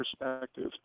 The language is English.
perspective